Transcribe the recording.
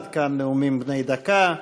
עד כאן נאומים בני דקה.